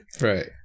Right